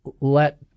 let